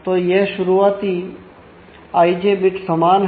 तो यह शुरुआती Ij बिट समान है